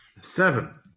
Seven